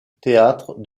theatre